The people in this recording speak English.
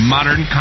Modern